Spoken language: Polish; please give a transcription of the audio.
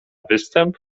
występ